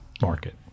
market